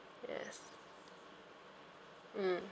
yes mm